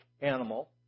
animal